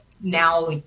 now